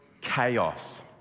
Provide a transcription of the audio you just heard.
Chaos